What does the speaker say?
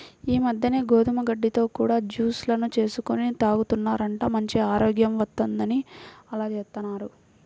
ఈ మద్దెన గోధుమ గడ్డితో కూడా జూస్ లను చేసుకొని తాగుతున్నారంట, మంచి ఆరోగ్యం వత్తందని అలా జేత్తన్నారు